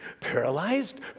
Paralyzed